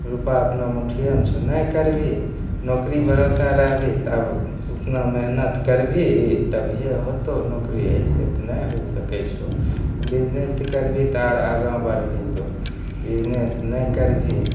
रूपा अपना मुट्ठियेमे छौ नहि करबिहि नोकरी भरोसा रहबिही तब उतना मेहनत करबिही तभीये होतौ नोकरी अइसे तऽ नहि हो सकय छौ बिजनेस करबिही तऽ आओर आगा बढ़बिही तु बिजनेस नहि करबिही